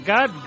God